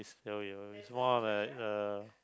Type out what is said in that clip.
it's more like uh